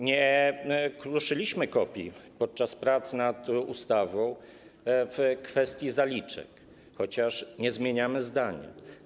Nie kruszyliśmy kopii podczas prac nad ustawą w kwestii zaliczek, chociaż nie zmieniamy zdania.